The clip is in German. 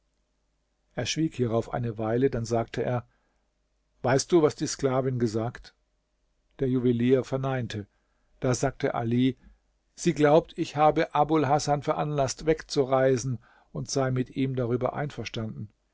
er schwieg hierauf eine weile dann sagte er weißt du was die sklavin gesagt der juwelier verneinte da sagte ali sie glaubt ich habe abul hasan veranlaßt wegzureisen und sei mit ihm darüber einverstanden